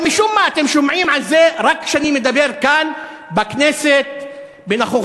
אבל משום מה אתם שומעים על זה רק כשאני מדבר כאן בכנסת בנוכחותכם,